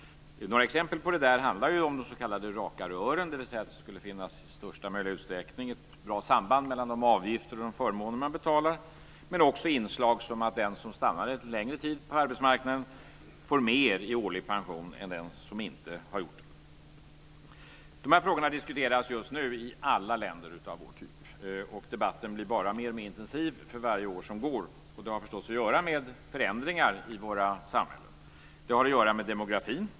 Några exempel på det är de s.k. raka rören, dvs. att det skulle finnas ett bra samband mellan de avgifter man betalar och de förmåner man får, men också inslag som att den som stannar lite längre tid på arbetsmarknaden får mer i årlig pension än den som stannar kortare tid. Dessa frågor diskuteras just nu i alla länder av vår typ. Debatten blir bara mer och mer intensiv för varje år som går. Det har förstås att göra med förändringar i våra samhällen. Det har att göra med demografin.